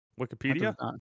Wikipedia